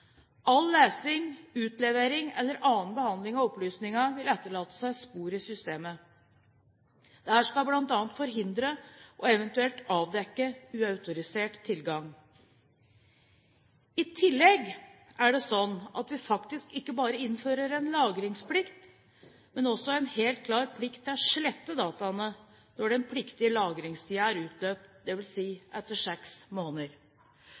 All lesing, utlevering eller annen behandling av opplysningene vil etterlate seg spor i systemet. Dette skal bl.a. forhindre og eventuelt avdekke uautorisert tilgang. I tillegg er det slik at vi faktisk ikke bare innfører en lagringsplikt, men også en helt klar plikt til å slette dataene når den pliktige lagringstiden er utløpt, dvs. etter seks måneder.